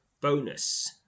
Bonus